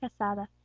Casada